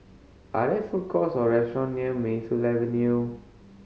are there food courts or restaurant near Mayfield Avenue